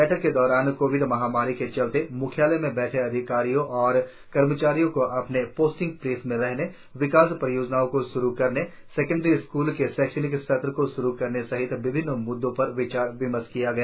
बैठक के दौरान कोविड महामारी के चलते मुख्यालय में बैठे अधिकारियों और कर्मचारियों को अपने पोस्टिंग प्लेस में रहने विकास परियोजनाओं को श्रु करने सेकेंडरी स्कुल के शैक्षणिक सत्र को श्रु करने सहित विभिन्न मुद्दों पर विचार विमर्श किया गया